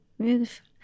beautiful